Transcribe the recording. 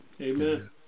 Amen